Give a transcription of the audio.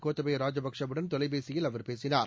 கோத்தபய ராஜபக்சேவுடன் தொலைபேசியில் அவர் பேசினார்